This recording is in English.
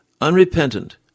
unrepentant